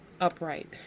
upright